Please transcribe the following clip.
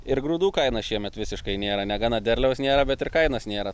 ir grūdų kaina šiemet visiškai nėra negana derliaus nėra bet ir kainos nėra